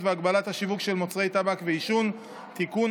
והגבלת השיווק של מוצרי טבק ועישון (תיקון,